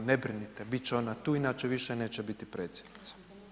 Ne brinite, bit će ona tu, inače više neće biti predsjednica.